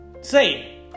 say